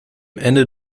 ende